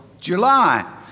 July